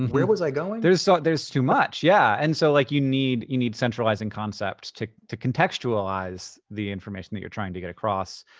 and where was i going? there's so there's too much, yeah. and so like, you need you need centralizing concept to to contextualize the information that you're trying to get across.